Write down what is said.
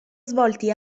svolti